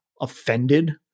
offended